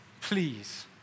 Please